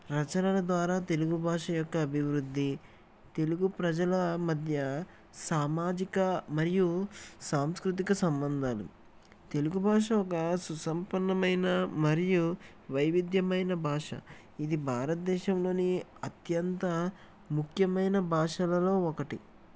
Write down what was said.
రచనల ద్వారా తెలుగు భాష యొక్క అభివృద్ధి తెలుగు ప్రజల మధ్య సామాజిక మరియు సాంస్కృతిక సంబంధాలు తెలుగు భాష ఒక సుసంపన్నమైన మరియు వైవిధ్యమైన భాష ఇది భారతదేశంలోని అత్యంత ముఖ్యమైన భాషలలో ఒకటి